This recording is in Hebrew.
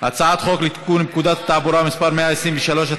הצעת חוק לתיקון פקודת התעבורה (מס' 123),